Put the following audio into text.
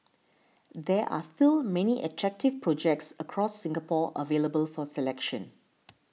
there are still many attractive projects across Singapore available for selection